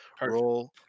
roll